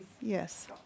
Yes